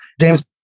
James